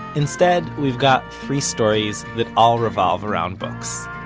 instead, we've got three stories that all revolve around books.